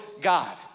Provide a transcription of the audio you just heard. God